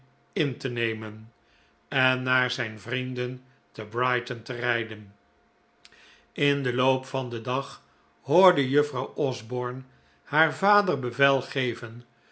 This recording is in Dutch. in te nemen en naar zijn vrienden te brighton te rijden in den loop van den dag hoorde juffrouw osborne haar vader bevel geven